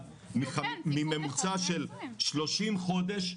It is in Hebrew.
במחיר למשתכן ועוד קודם,